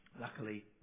Luckily